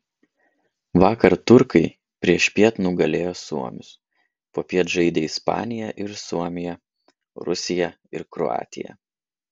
vakar turkai priešpiet nugalėjo suomius popiet žaidė ispanija ir suomija rusija ir kroatija